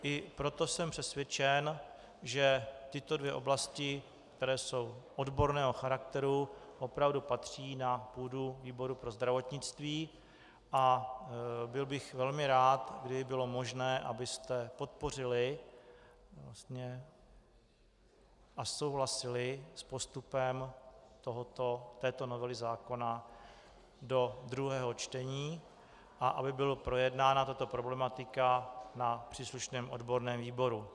I proto jsem přesvědčen, že tyto dvě oblasti, které jsou odborného charakteru, opravdu patří na půdu výboru pro zdravotnictví, a byl bych velmi rád, kdybyste podpořili a souhlasili s postupem této novely zákona do druhého čtení a aby byla projednána tato problematika na příslušném odborném výboru.